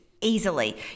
easily